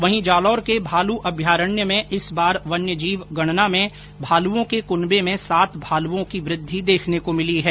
वहीं जालोर के भालू अभ्यारण्य में इस बार वन्य जीव गणना में भालुओं के कुनबे में सात भालुओं की वृद्धि देखने को मिली है